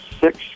six